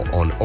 on